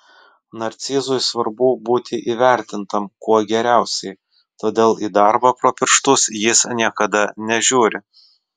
narcizui svarbu būti įvertintam kuo geriausiai todėl į darbą pro pirštus jis niekada nežiūri